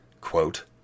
quote